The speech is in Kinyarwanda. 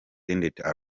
albert